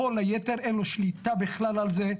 כל היתר אין לו שליטה בכלל על זה.